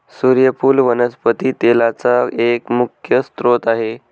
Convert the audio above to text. सुर्यफुल वनस्पती तेलाचा एक मुख्य स्त्रोत आहे